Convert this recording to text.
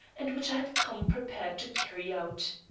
and which i had come prepared to carry out.